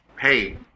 hey